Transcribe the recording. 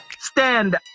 stand